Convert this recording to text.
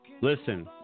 Listen